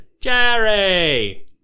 Jerry